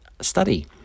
study